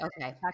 okay